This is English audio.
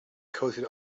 coated